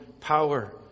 power